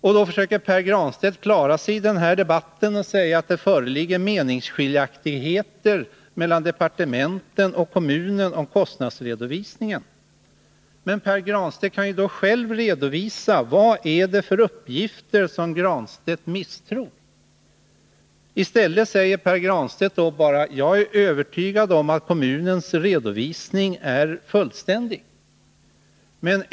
Pär Granstedt försöker klara sig i den här debatten genom att säga att det föreligger meningsskiljaktigheter mellan departementen och kommunen i fråga om kostnadsredovisningen. Men Pär Granstedt kan ju själv redogöra för vilka uppgifter från kommunen som han misstror. I stället säger han bara att han är övertygad om att kommunens redovisning är fullständig.